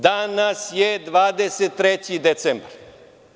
Danas je 23. decembar.